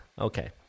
Okay